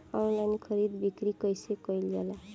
Online खरीद बिक्री कइसे कइल जाला?